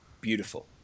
Beautiful